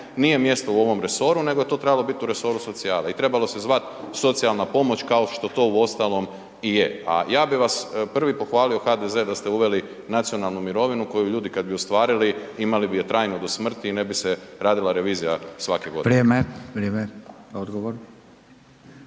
nije mjesto u ovom resoru nego je to trebalo bit u resoru socijale i trebalo se zvat socijalna pomoć kao što to uostalom i je. A ja bi vas prvi pohvalio HDZ da ste uveli nacionalnu mirovinu koju ljudi kad bi ostvarili imali bi je trajno do smrti i ne bi se radila revizija svake godine. **Radin,